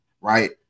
right